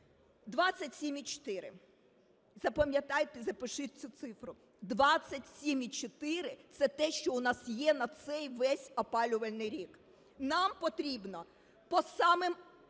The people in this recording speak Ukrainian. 27,4, запам'ятайте, запишіть цю цифру. 27,4 – це те, що у нас є на цей весь опалювальний рік. Нам потрібно по самим